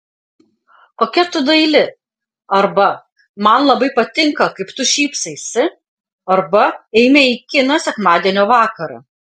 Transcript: kokia tu daili arba man labai patinka kaip tu šypsaisi arba eime į kiną sekmadienio vakarą